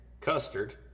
custard